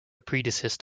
predeceased